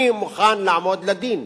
אני מוכן לעמוד לדין.